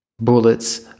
Bullets